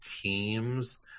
teams